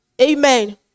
amen